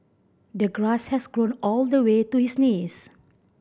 the grass has grown all the way to his knees